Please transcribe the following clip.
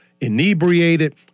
inebriated